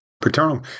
paternal